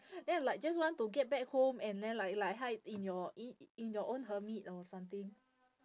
then I'm like just want to get back home and then like like hide in your in in your own hermit or something